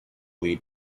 lead